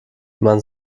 man